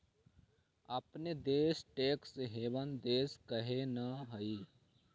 अपन देश tax haven देश काहे न हई?